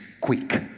quick